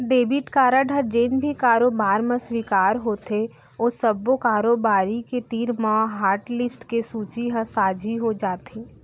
debit card ह जेन भी कारोबार म स्वीकार होथे ओ सब्बो कारोबारी के तीर म हाटलिस्ट के सूची ह साझी हो जाथे